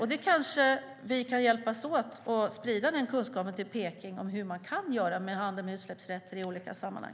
Vi kanske kan hjälpas åt att sprida denna kunskap till Peking om hur man kan göra med handel med utsläppsrätter i olika sammanhang.